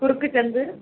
குறுக்குச் சந்து